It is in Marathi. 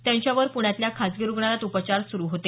त्यांच्यावर पुण्यातल्या खासगी रूग्णालयात उपचार सुरू होते